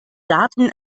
daten